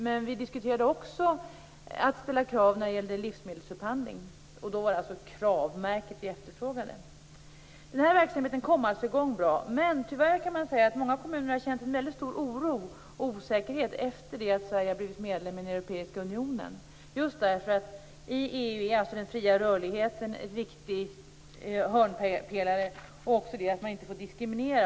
Men vi diskuterade också att ställa krav när det gäller livsmedelsupphandling. Då var det KRAV-märket som vi efterfrågade. Denna verksamhet kom alltså i gång bra. Men tyvärr kan man säga att många kommuner har känt en väldigt stor oro och osäkerhet efter det att Sverige blev medlem i den europeiska unionen, just därför att den fria rörligheten är en viktig hörnpelare i EU och att man inte får diskriminera.